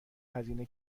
هزینه